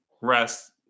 rest